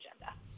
agenda